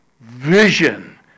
vision